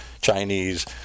Chinese